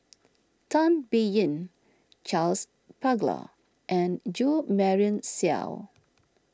Tan Biyun Charles Paglar and Jo Marion Seow